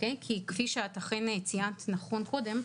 כי כפי שאת אכן ציינת נכון קודם,